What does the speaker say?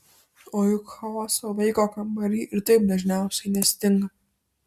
o juk chaoso vaiko kambary ir taip dažniausiai nestinga